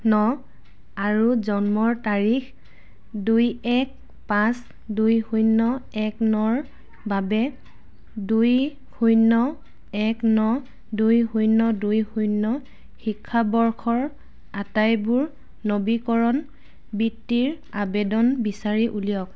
ন আৰু জন্মৰ তাৰিখ দুই এক পাঁচ দুই শূন্য এক নৰ বাবে দুই শূন্য এক ন দুই শূন্য দুই শূন্য শিক্ষাবৰ্ষৰ আটাইবোৰ নবীকৰণ বৃত্তিৰ আবেদন বিচাৰি উলিয়াওক